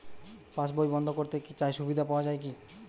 পাশ বই বন্দ করতে চাই সুবিধা পাওয়া যায় কি?